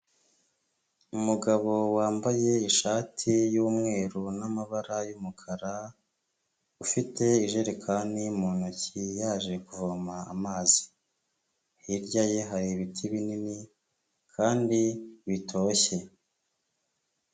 Umugabo wambaye ishati y'umweru n'amabara y'umukara ufite ijerekani mu ntoki yaje kuvoma amazi, hirya ye hari ibiti binini kandi bitoshye.